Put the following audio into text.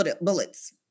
bullets